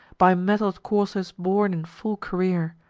by mettled coursers borne in full career,